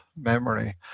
memory